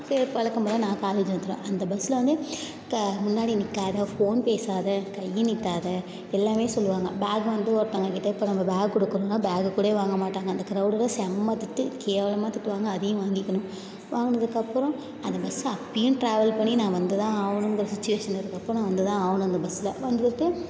அப்பயே பழக்கம் போல் நான் காலேஜ் வந்துடுவேன் அந்த பஸ்சில் வந்து க முன்னாடி நிற்காத ஃபோன் பேசாத கையை நீட்டாத எல்லாமே சொல்லுவாங்க பேக் வந்து ஒருத்தங்கக்கிட்டே இப்போ நம்ம பேக் கொடுக்கறோனா பேகை கூடயே வாங்க மாட்டாங்க அந்த க்ரௌடில் செம திட்டு கேவலமாக திட்டுவாங்க அதையும் வாங்கிக்கணும் வாங்கினதுக்கப்பறம் அந்த பஸ்ஸு அப்பயும் ட்ராவல் பண்ணி நான் வந்து தான் ஆகணுங்கிற சுச்சுவேஷன் இருக்கிறப்போ நான் வந்து தான் ஆகணும் அந்த பஸ்சில் வந்துட்டு